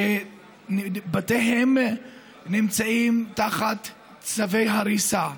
ובתיהם נמצאים תחת צווי הריסה.